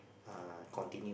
uh continue